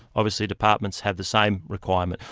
obviously departments have the same requirement.